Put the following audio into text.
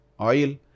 oil